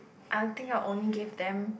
I think I will only give them